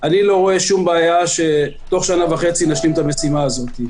אני לא רואה שום בעיה שתוך שנה וחצי נשלים את המשימה הזאת.